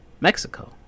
Mexico